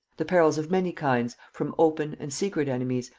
the perils of many kinds, from open and secret enemies,